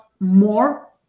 more